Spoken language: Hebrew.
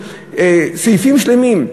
בסעיפים שלמים.